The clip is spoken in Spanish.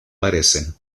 parecen